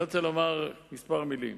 אני רוצה לומר כמה מלים.